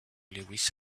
lewis